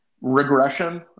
regression